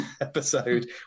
episode